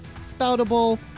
Spoutable